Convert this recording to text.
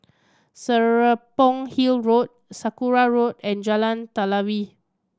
Serapong Hill Road Sakra Road and Jalan Telawi